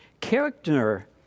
Character